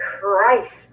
Christ